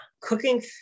cooking